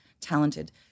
talented